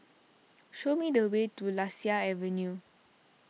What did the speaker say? show me the way to Lasia Avenue